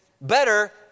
better